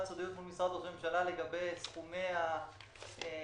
סודיות במשרד ראש הממשלה לגבי סכומי העסקאות.